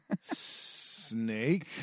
snake